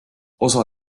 osa